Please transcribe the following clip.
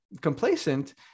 complacent